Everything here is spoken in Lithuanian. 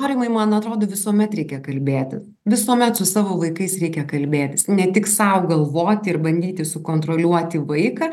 aurimai man atrodo visuomet reikia kalbėtis visuomet su savo vaikais reikia kalbėtis ne tik sau galvoti ir bandyti sukontroliuoti vaiką